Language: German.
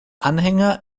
anhänger